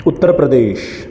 Uttar Pradesh